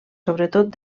sobretot